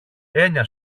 έννοια